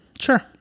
sure